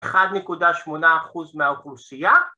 ‫1.8 אחוז מהאוכלוסייה.